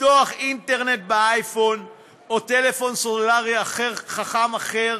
לפתוח אינטרנט באייפון או בטלפון סלולרי חכם אחר,